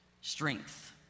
Strength